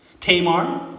Tamar